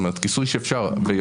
יש